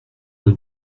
rue